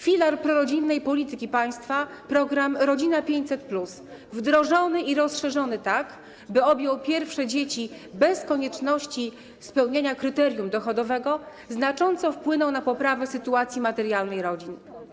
Filar prorodzinnej polityki państwa, tj. program „Rodzina 500+”, wdrożony i rozszerzony, by objął pierwsze dzieci bez konieczności spełnienia kryterium dochodowego, znacząco wpłynął na poprawę sytuacji materialnej rodzin.